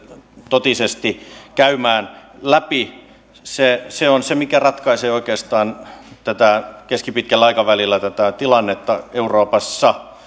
totisesti käymään läpi se se on se mikä ratkaisee oikeastaan keskipitkällä aikavälillä tätä tilannetta euroopassa